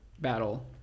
battle